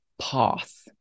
path